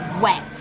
wet